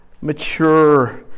mature